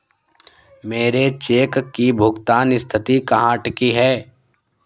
मेरे चेक की भुगतान स्थिति कहाँ अटकी है?